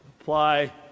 apply